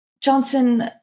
johnson